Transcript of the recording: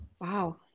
Wow